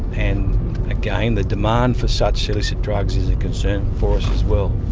and again the demand for such illicit drugs is a concern for us as well.